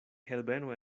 herbeno